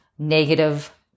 negative